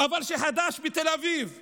אבל כשחד"ש בתל אביב הגישו,